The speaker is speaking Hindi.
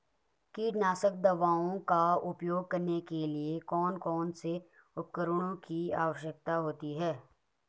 कीटनाशक दवाओं का उपयोग करने के लिए कौन कौन से उपकरणों की आवश्यकता होती है?